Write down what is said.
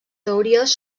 teories